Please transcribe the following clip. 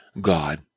God